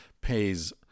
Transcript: pays